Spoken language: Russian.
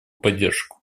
поддержку